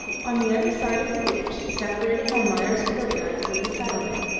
on the other side of the ditch, separating almayer's courtyard from the settlement,